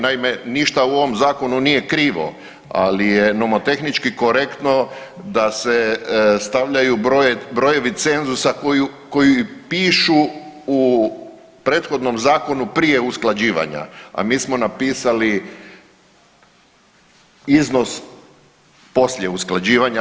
Naime, ništa u ovom Zakonu nije krivo, ali je nomotehnički korektno da se stavljaju brojevi cenzusa koji pišu u prethodnom zakonu prije usklađivanja, a mi smo napisali iznos poslije usklađivanja.